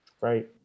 Right